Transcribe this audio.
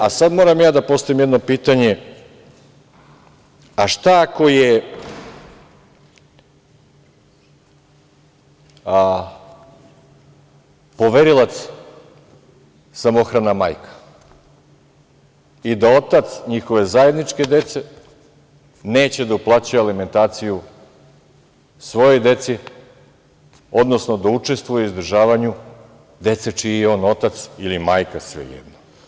A sad moram i ja da postavim jedno pitanje – šta ako je poverilac samohrana majka i da otac, njihove zajedničke dece, neće da uplaćuje alimentaciju svojoj deci, odnosno da učestvuje u izdržavanju dece čiji je on otac ili majka svejedno?